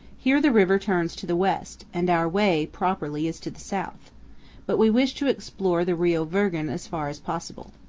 here the river turns to the west, and our way, properly, is to the south but we wish to explore the rio virgen as far as possible.